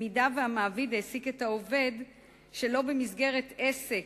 אם המעביד העסיק את העובד שלא במסגרת עסק,